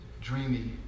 dreamy